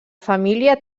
família